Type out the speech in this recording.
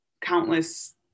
countless